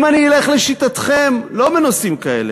אם אני אלך לשיטתכם, לא בנושאים כאלה,